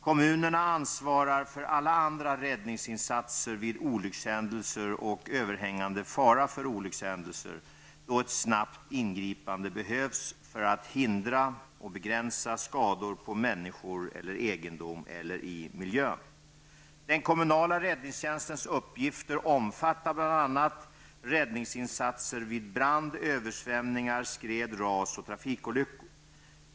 Kommunerna ansvarar för alla andra räddningsinsatser vid olyckshändelser och överhängande fara för olyckshändelser då ett snabbt ingripande behövs för att hindra och begränsa skador på människor eller egendom eller i miljön. Den kommunala räddningstjänstens uppgifter omfattar bl.a. räddningsinsatser vid brand, översvämningar, skred, ras och trafikolyckor.